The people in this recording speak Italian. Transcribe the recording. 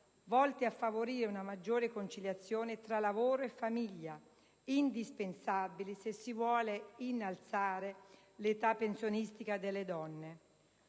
volte a favorire una maggiore conciliazione tra lavoro e famiglia, indispensabili se si vuole innalzare l'età pensionistica delle donne.